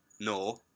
No